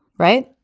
right?